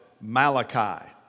Malachi